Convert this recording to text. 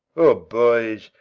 o, boys,